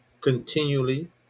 continually